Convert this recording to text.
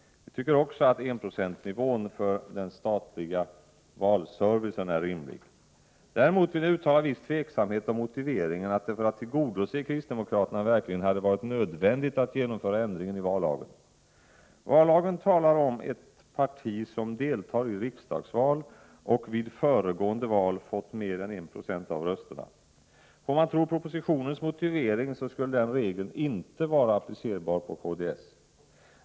Vi tycker också att enprocentsnivån för den statliga valservicen är rimlig. Däremot vill jag uttala viss tveksamhet om motiveringen för att det för att tillgodose kristdemokraterna verkligen hade varit nödvändigt att genomföra ändringen i vallagen. Vallagen talar om ett parti som deltar i riksdagsval och vid föregående val fått mer än 1 96 av rösterna. Får man tro propositionens motivering skulle den regeln inte varit applicerbar på kds.